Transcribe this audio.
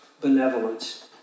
benevolence